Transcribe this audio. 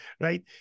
right